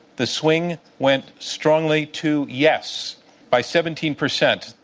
the swing went strongly to yes by seventeen percent,